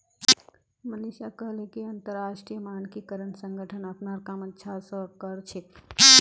मनीषा कहले कि अंतरराष्ट्रीय मानकीकरण संगठन अपनार काम अच्छा स कर छेक